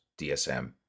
DSM